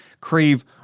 crave